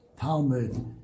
Talmud